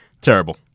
Terrible